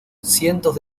cientos